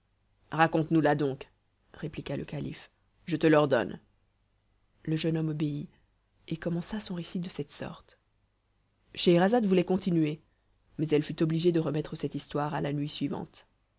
raconte nous la donc répliqua le calife je te l'ordonne le jeune homme obéit et commença son récit de cette sorte scheherazade voulait continuer mais elle fut obligée de remettre cette histoire à la nuit suivante